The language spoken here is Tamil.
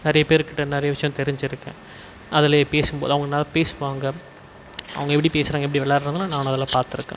நிறைய பேருக்கிட்ட நிறைய விஷயம் தெரிஞ்சுருக்கேன் அதில் பேசும் போது அவங்க நல்லா பேசுப்பாங்க அவங்க எப்படி பேசுகிறாங்க எப்படி விளாடுறதுலாம் நான் அதில் பார்த்துருக்கேன்